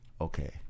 okay